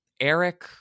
Eric